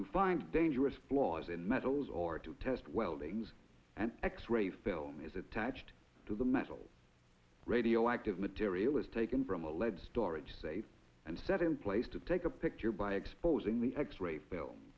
to find dangerous flaws in metals or to test welding an x ray film is attached to the metal radioactive material is taken from a lead storage safe and set in place to take a picture by exposing the x ray film